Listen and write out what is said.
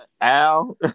Al